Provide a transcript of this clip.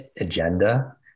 Agenda